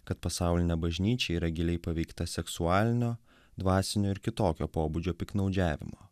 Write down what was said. kad pasaulinė bažnyčia yra giliai paveikta seksualinio dvasinio ir kitokio pobūdžio piktnaudžiavimo